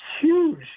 huge